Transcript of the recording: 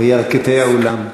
בירכתי האולם.